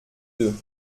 deux